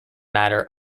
matter